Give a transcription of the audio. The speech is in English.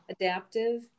adaptive